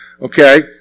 Okay